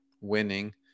winning